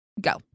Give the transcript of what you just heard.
go